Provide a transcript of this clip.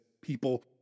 people